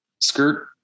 skirt